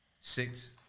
Six